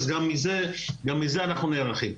אז גם מזה אנחנו נערכים.